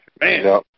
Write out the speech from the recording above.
Man